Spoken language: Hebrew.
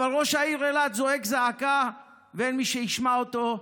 אבל ראש העיר אילת זועק זעקה ואין מי שישמע אותו.